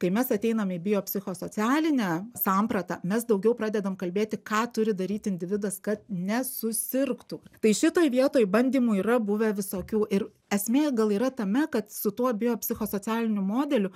kai mes ateinam į biopsichosocialinę sampratą mes daugiau pradedam kalbėti ką turi daryti individas kad nesusirgtų tai šitoj vietoj bandymų yra buvę visokių ir esmė gal yra tame kad su tuo biopsichosocialiniu modeliu